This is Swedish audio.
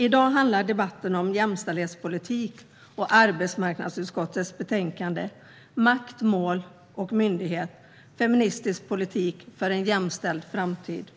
I dag handlar debatten om jämställdhetspolitik och arbetsmarknadsutskottets betänkande Makt, mål och myndighet - feministisk politik för en jämställd framtid .